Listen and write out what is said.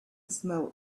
smell